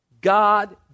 God